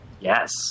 Yes